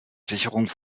sicherung